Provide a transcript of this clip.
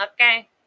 Okay